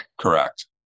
Correct